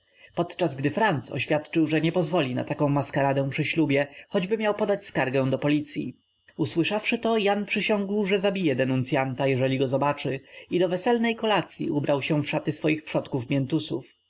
podczas gdy franc oświadczył że nie pozwoli na taką maskaradę przy ślubie choćby miał podać skargę do policyi usłyszawszy to jan przysiągł że zabije denuncyanta jeżeli go zobaczy i do weselnej kolacyi ubrał się w szaty swoich przodków miętusów franc